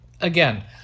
again